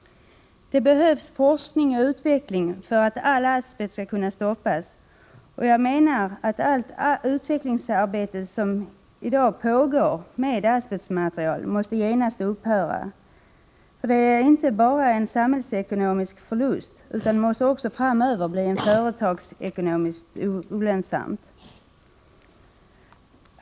Det behövs forskning och utveckling för att all asbesthantering skall kunna stoppas. Enligt min mening måste allt pågående arbete med att utveckla asbestmaterial genast upphöra. Sådant utvecklingsarbete medför inte bara en samhällekonomisk förlust, utan det måste också bli företagsekonomiskt olönsamt framöver.